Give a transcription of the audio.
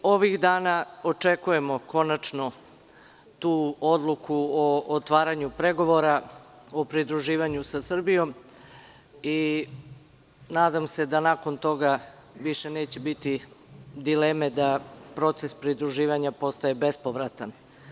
Ovih dana očekujemo konačno tu odluku o otvaranju pregovora, o pridruživanju sa Srbijom i nadam se da nakon toga više neće biti dileme da proces pridruživanja postaje bespovratan.